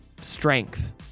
strength